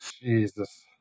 Jesus